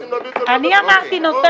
צריכים להביא את זה לוועדת הכנסת.